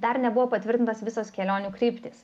dar nebuvo patvirtintos visos kelionių kryptys